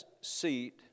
seat